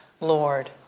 Lord